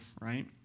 right